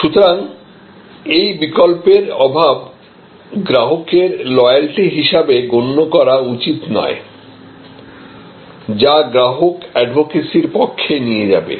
সুতরাং এই বিকল্পের অভাব গ্রাহকের লয়াল্টি হিসেবে গণ্য করা উচিৎ নয় যা গ্রাহক এডভোকেসির পক্ষে নিয়ে যাবে